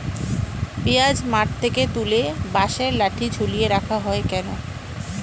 পিঁয়াজ মাঠ থেকে তুলে বাঁশের লাঠি ঝুলিয়ে রাখা হয় কেন?